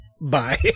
bye